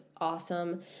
awesome